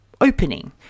opening